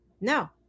No